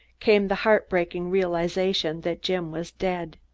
came the heart-breaking realization that jim was dead.